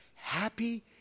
happy